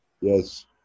Yes